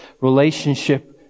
relationship